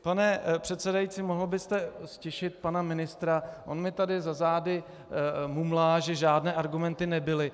Pane předsedající, mohl byste ztišit pana ministra, on mi tady za zády mumlá, že žádné argumenty nebyly.